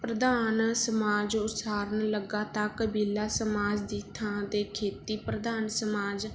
ਪ੍ਰਧਾਨ ਸਮਾਜ ਉਸਾਰਨ ਲੱਗਾ ਤਾਂ ਕਬੀਲਾ ਸਮਾਜ ਦੀ ਥਾਂ 'ਤੇ ਖੇਤੀ ਪ੍ਰਧਾਨ ਸਮਾਜ